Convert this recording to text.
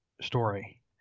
story